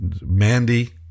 Mandy